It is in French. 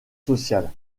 sociales